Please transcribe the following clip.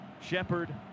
Shepard